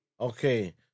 Okay